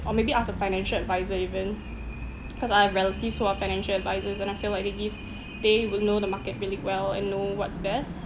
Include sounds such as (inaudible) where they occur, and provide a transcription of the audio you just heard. or maybe ask a financial adviser even (noise) cause I have relatives who are financial advisers and I feel like they give they would know the market really well and know what's best